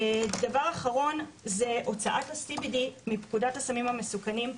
דבר האחרון זה הוצאת ה-CBD מפקודת הסמים המסוכנים.